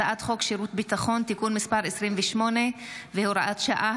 הצעת חוק שירות ביטחון (תיקון מס' 28 והוראת שעה),